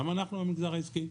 גם אנחנו במגזר העסקי,